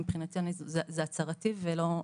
מבחינתנו זה הצהרתי ולא מהותי.